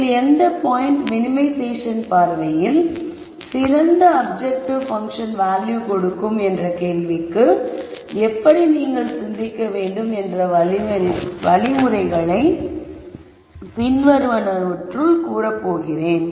இதில் எந்த point minimization பார்வையில் சிறந்த அப்ஜெக்டிவ் பங்க்ஷன் வேல்யூ கொடுக்கும் என்ற கேள்விக்கு எப்படி நீங்கள் சிந்திக்க வேண்டும் என்ற வழிமுறைகளை பின்வருவனவற்றுள் கூறப்போகிறேன்